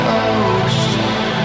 ocean